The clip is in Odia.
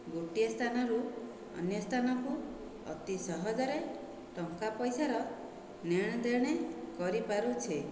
ଗୋଟିଏ ସ୍ଥାନରୁ ଅନ୍ୟ ସ୍ଥାନକୁ ଅତି ସହଜରେ ଟଙ୍କା ପାଇସାର ନେଣଦେଣ କରିପାରୁଛେ